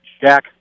Jack